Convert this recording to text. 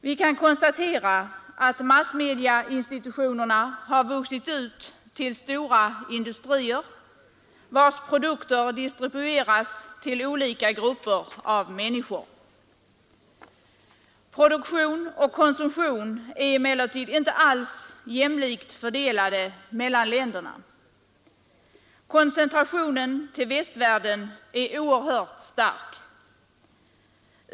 Vi kan konstatera att massmediainstitutionerna har vuxit ut till stora industrier, vilkas produkter distribueras till olika grupper av människor. Produktion och konsumtion är emellertid inte alls jämlikt fördelade mellan länderna. Koncentrationen till västvärlden är oerhört stark.